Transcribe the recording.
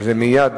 לדבר